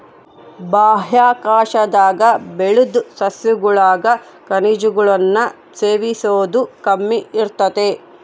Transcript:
ಬಾಹ್ಯಾಕಾಶದಾಗ ಬೆಳುದ್ ಸಸ್ಯಗುಳಾಗ ಖನಿಜಗುಳ್ನ ಸೇವಿಸೋದು ಕಮ್ಮಿ ಇರ್ತತೆ